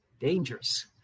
Dangerous